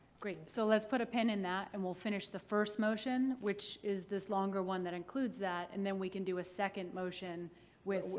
great. so let's put a pin in that and we'll finish the first motion which is this longer one that includes that and then we can do a second motion with the.